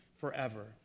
forever